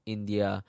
India